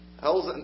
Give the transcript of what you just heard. hell's